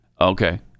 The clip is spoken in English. Okay